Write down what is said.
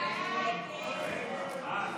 הסתייגות 51